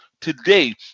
today